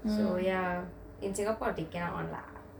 so ya in singapore ah taken out on